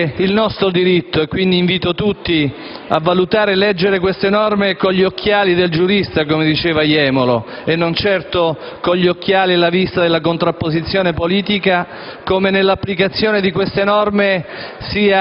nel nostro diritto (quindi invito tutti a valutare e a leggere queste norme con gli occhiali del giurista, come diceva Jemolo, e non certo con gli occhiali e la vista della contrapposizione politica), nell'applicazione di queste norme,